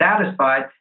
satisfied